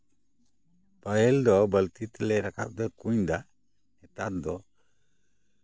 ᱯᱟᱹᱦᱤᱞ ᱫᱚ ᱵᱟᱹᱞᱛᱤ ᱛᱮᱞᱮ ᱨᱟᱠᱟᱵ ᱠᱩᱸᱧ ᱫᱟᱜ ᱱᱮᱛᱟᱨ ᱫᱚ